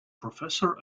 professor